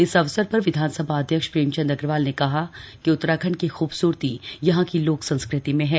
इस अवसर पर विधानसभा अध्यक्ष प्रेमचंद अग्रवाल ने कहा कि उत्तराखंड की खूबसूरती यहां की लोक संस्कृति में है